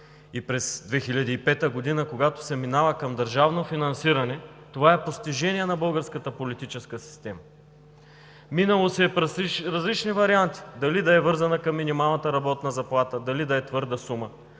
и през 2005 г., когато се минава към държавно финансиране, това е постижение на българската политическа система. Минало се е през различни варианти – дали да е вързана към минималната работна заплата, дали да е твърда сума,